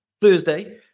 Thursday